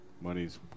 money's